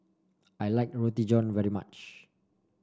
I like Roti John very much